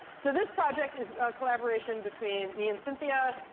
so this project is a collaboration between me and cynthia.